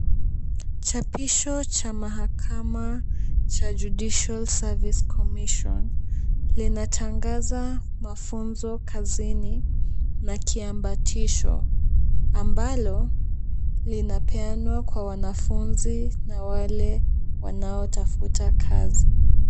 Chapisho cha mahakama cha judicial service commission . Linatangaza mafunzo kazini na kiambatisho ambalo linapeanwa kwa wanafunzi na wale wanaotafuta kazi.